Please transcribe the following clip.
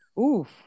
Oof